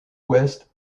ouest